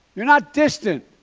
you're not distant.